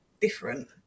different